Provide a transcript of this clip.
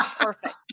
perfect